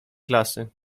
klasy